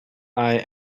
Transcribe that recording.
eye